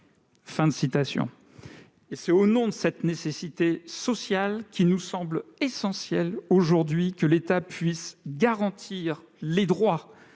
sociale. » C'est au nom de cette nécessité sociale qu'il nous semble essentiel, aujourd'hui, que l'État puisse garantir les droits